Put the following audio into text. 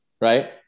right